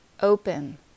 open